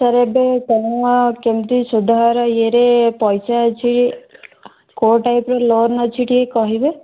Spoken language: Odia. ସାର୍ ଏବେ କଣ କେମତି ସୁଧର ଇଏରେ ପଇସା ଅଛି କେଉଁ ଟାଇପ୍ ର ଲୋନ୍ ଅଛି ଟିକେ କହିବେ